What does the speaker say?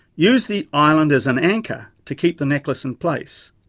use the island as an anchor to keep the necklace in place.